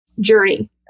journey